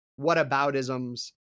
whataboutisms